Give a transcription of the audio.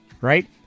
right